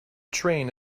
train